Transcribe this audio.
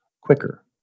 quicker